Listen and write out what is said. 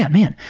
yeah man,